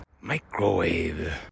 microwave